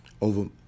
over